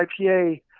IPA